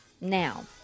Now